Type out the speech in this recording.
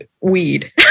weed